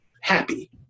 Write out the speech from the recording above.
happy